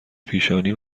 پیشانی